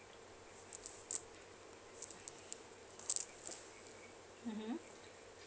mmhmm